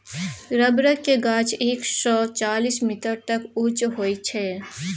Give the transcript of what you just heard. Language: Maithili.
रबरक गाछ एक सय चालीस मीटर तक उँच होइ छै